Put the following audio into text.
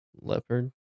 Leopard